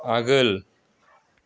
आगोल